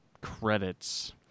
credits